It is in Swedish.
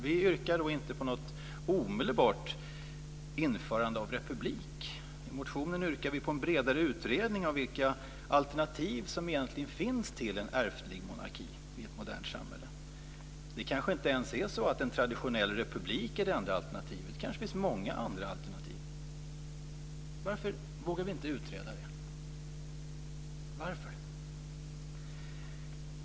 Vi yrkar inte på något omedelbart införande av republik. I motionen yrkar vi på en bredare utredning om vilka alternativ som egentligen finns till en ärftlig monarki i ett modernt samhälle. Det kanske inte ens är så att en traditionell republik är det enda alternativet. Det kanske finns många andra alternativ. Varför vågar vi inte utreda det? Varför?